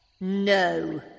No